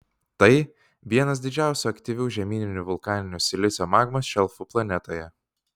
tai vienas didžiausių aktyvių žemyninių vulkaninių silicio magmos šelfų planetoje